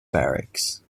barracks